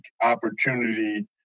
opportunity